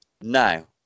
Now